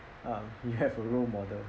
um you have a role model